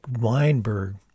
Weinberg